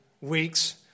weeks